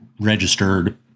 registered